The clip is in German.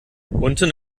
unten